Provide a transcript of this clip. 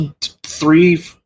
three